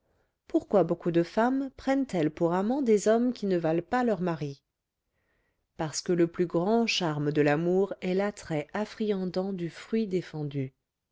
pourquoi beaucoup de femmes prennent elles pour amants des hommes qui ne valent pas leurs maris parce que le plus grand charme de l'amour est l'attrait affriandant du fruit défendu